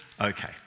Okay